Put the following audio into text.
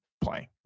playing